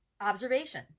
observation